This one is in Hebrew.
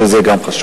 שזה גם חשוב.